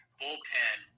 bullpen